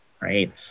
right